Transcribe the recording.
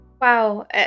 Wow